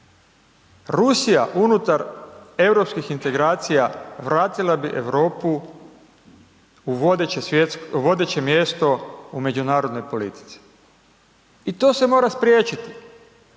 Rusija unutar europskih integracija vratila bi Europu u vodeće mjesto u međunarodnoj politici i to se mora spriječiti.